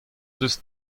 deus